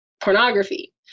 pornography